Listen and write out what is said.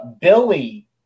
Billy